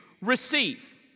receive